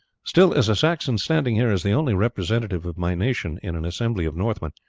still, as a saxon standing here as the only representative of my nation in an assembly of northmen,